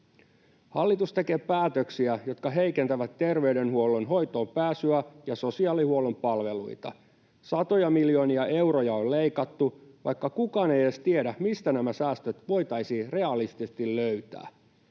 Hallitus tekee päätöksiä, jotka heikentävät terveydenhuollon hoitoon pääsyä ja sosiaalihuollon palveluita. Satoja miljoonia euroja on leikattu, vaikka kukaan ei edes tiedä, mistä nämä säästöt voitaisiin realistisesti löytää.